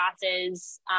classes